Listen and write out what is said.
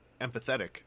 empathetic